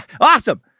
awesome